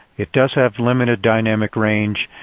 it does have limited dynamic range.